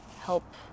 help